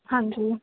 ਹਾਂਜੀ